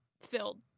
filled